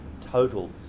total